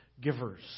givers